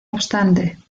obstante